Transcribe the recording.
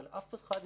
אבל אף אחד,